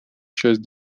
часть